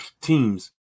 teams